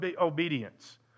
obedience